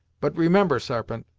but remember, sarpent,